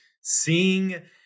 seeing